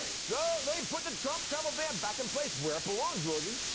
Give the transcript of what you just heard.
so they put the trump travel ban back in place where it belongs, rosie.